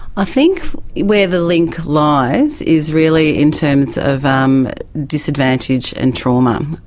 i think where the link lies is really in terms of um disadvantage and trauma,